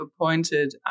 appointed